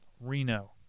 Reno